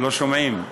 לא שומעים.